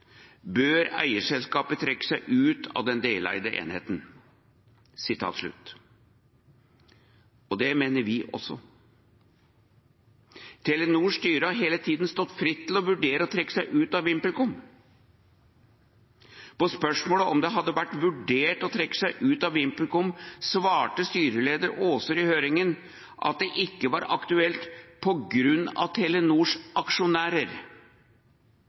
bør eierselskapet trekke seg ut av den deleide enheten.» Det mener vi også. Telenors styre har hele tida stått fritt til å vurdere å trekke seg ut av VimpelCom. På spørsmål om det hadde vært vurdert å trekke seg ut av VimpelCom, svarte styreleder Aaser i høringa at det ikke var aktuelt